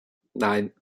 nein